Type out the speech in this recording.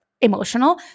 emotional